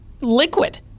liquid